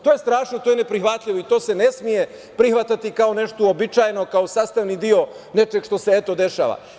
To je strašno i to je ne prihvatljivo i to se ne sme prihvatati kao nešto uobičajeno, kao sastavni deo nečega što se eto dešava.